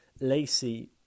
Lacey